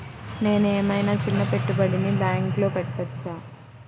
నేను ఏమయినా చిన్న పెట్టుబడిని బ్యాంక్లో పెట్టచ్చా?